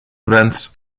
events